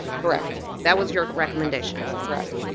correct. that was your recommendation? correct.